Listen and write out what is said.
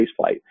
spaceflight